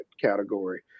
category